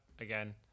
again